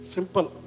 Simple